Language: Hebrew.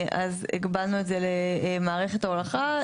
אז הגבלנו את זה למערכת הולכה,